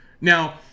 Now